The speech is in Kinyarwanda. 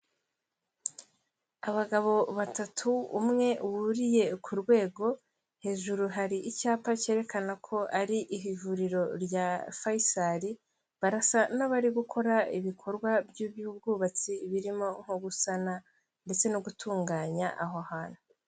Abagabo batatu, umwe wuriye ku rwego hejuru hari icyapa cyerekana ko ari ivuriro rya Faisal, barasa n'abari gukora ibikorwa by'ubwubatsi, birimo nko gusana ndetse no gutunganya aho hantu.